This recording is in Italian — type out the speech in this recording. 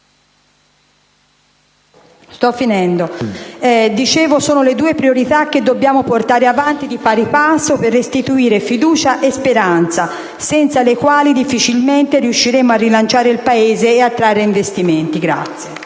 la crescita sono le due priorità che dobbiamo portare avanti di pari passo per restituire fiducia e speranza, senza le quali difficilmente riusciremo a rilanciare il Paese e attrarre investimenti.